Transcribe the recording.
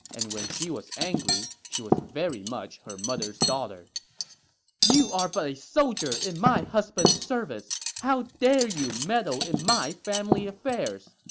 and when she was angry, she was very much her mother's daughter you are but a soldier in my husband's service. how dare you meddle in my family affairs?